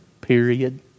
period